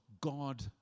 God